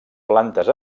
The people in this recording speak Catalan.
plantes